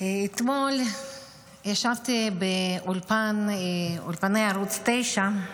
אתמול ישבתי באולפני ערוץ 9,